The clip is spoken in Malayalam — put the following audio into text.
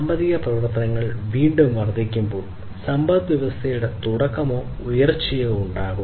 സാമ്പത്തിക പ്രവർത്തനങ്ങൾ വീണ്ടും വർദ്ധിക്കുമ്പോൾ സമ്പദ്വ്യവസ്ഥയുടെ തുടക്കമോ ഉയർച്ചയോ ഉണ്ടാകും